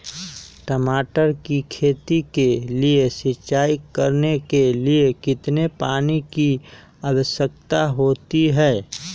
टमाटर की खेती के लिए सिंचाई करने के लिए कितने पानी की आवश्यकता होती है?